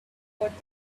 what